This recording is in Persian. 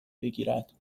بگیرد